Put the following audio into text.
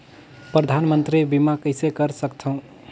परधानमंतरी बीमा कइसे कर सकथव?